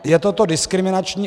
Je toto diskriminační?